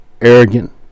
arrogant